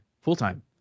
full-time